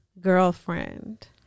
Girlfriend